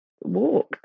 walk